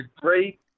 great